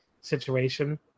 situation